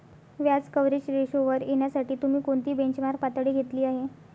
व्याज कव्हरेज रेशोवर येण्यासाठी तुम्ही कोणती बेंचमार्क पातळी घेतली आहे?